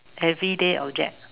everyday object